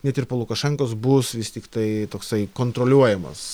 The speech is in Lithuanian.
net ir po lukašenkos bus vis tiktai toksai kontroliuojamas